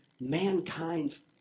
mankind's